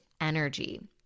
energy